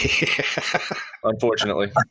Unfortunately